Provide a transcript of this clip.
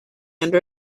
under